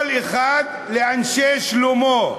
כל אחד, לאנשי שלומו.